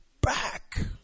back